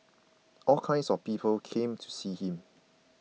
all kinds of people came to see him